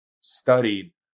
studied